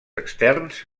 externs